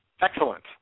excellent